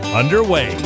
underway